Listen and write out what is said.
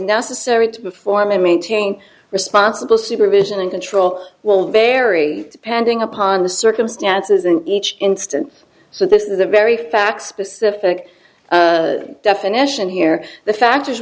necessary to perform and maintain responsible supervision and control will vary depending upon the circumstances in each instance so this is a very fact specific definition here the fact